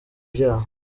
byaha